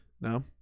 No